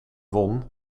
won